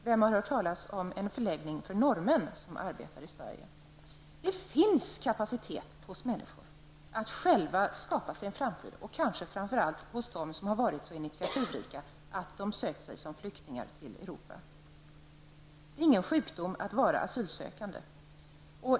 Vi har inte hört talas om någon förläggning för t.ex. norrmän som kommit till Det finns kapacitet hos människor att själva skapa sig en framtid, kanske särskilt hos dem som varit så initiativrika att de sökt sig till Europa. Det är ingen sjukdom att vara asylsökande.